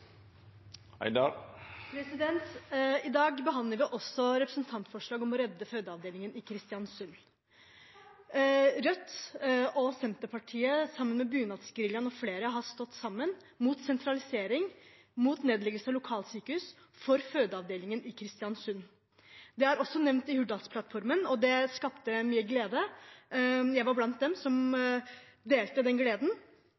I dag behandler vi også representantforslag om å redde fødeavdelingen i Kristiansund. Rødt og Senterpartiet, sammen med bunadsgeriljaen m.fl., har stått sammen mot sentralisering, mot nedleggelse av lokalsykehus og for fødeavdelingen i Kristiansund. Det er også nevnt i Hurdalsplattformen, og det skapte mye glede. Jeg var blant dem som